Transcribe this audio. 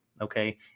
Okay